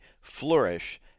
flourish